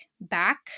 back